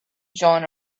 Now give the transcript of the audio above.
join